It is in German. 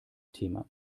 thema